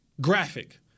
graphic